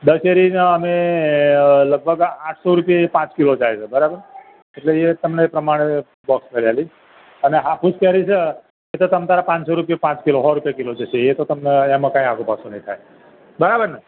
દશેરીના અમે લગભગ આઠસો રૂપિયે પાંચ કિલો જાય છે બરાબર એટલે એ તમને એ પ્રમાણે બોક્ષ કરી આપીશ અને હાફૂસ કેરી છે એતો તમતમારે પાંચસો રૂપિયે પાંચ કિલો સો રૂપિયે કિલો જશે એ તો તમને કંઈ આઘુંપાછું નહીં થાય બરાબર ને